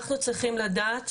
אנחנו צריכים לדעת,